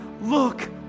look